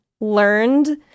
learned